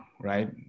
right